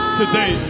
today